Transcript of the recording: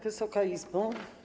Wysoka Izbo!